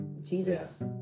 Jesus